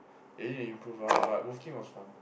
I need improve ah but WolfTeam was fun